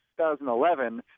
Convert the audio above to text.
2011